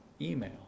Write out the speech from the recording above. email